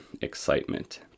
excitement